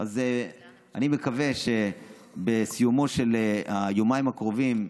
אני מקווה שבסיומם של היומיים הקרובים,